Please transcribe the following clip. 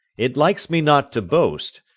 it likes me not to boast,